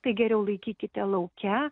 tai geriau laikykite lauke